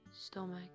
stomach